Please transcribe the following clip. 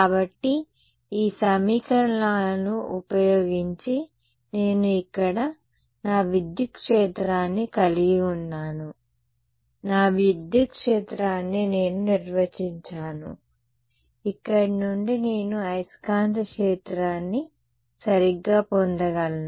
కాబట్టి ఈ సమీకరణాలను ఉపయోగించి నేను ఇక్కడ నా విద్యుత్ క్షేత్రాన్ని కలిగి ఉన్నాను నా విద్యుత్ క్షేత్రాన్ని నేను నిర్వచించాను ఇక్కడ నుండి నేను అయస్కాంత క్షేత్రాన్ని సరిగ్గా పొందగలను